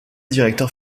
directeur